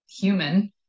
human